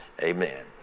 Amen